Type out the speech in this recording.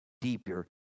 deeper